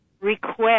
request